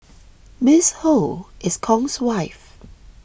Miss Ho is Kong's wife